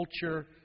culture